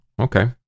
okay